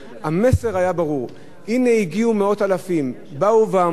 המסר היה ברור: הנה, הגיעו מאות אלפים, באו ואמרו: